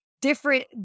different